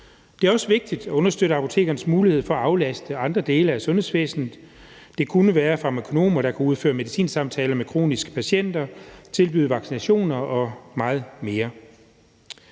Det er også vigtigt at understøtte apotekernes mulighed for at aflaste andre dele af sundhedsvæsenet. Det kunne være farmakonomer, der kunne udføre medicinsamtaler med kroniske patienter, tilbyde vaccinationer og meget mere.